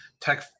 Tech